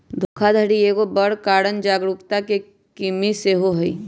धोखाधड़ी के एगो बड़ कारण जागरूकता के कम्मि सेहो हइ